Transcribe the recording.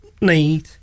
need